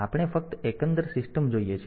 આપણે ફક્ત એકંદર સિસ્ટમ જોઈએ છીએ